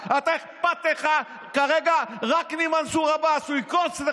למה הוא מתכוון,